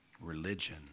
religion